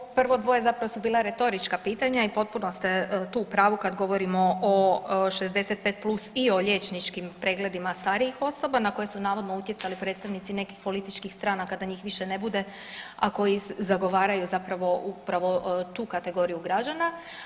Ovo prvo dvoje zapravo su bila retorička pitanja i potpuno ste tu u pravu kad govorimo o 65+ i o liječničkim pregledima starijih osoba na koje su navodno utjecali predstavnici nekih političkih stranaka da njih više ne bude, a koji zagovaraju upravo tu kategoriju građana.